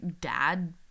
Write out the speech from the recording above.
dad